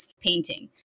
painting